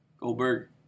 Goldberg